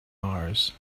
mars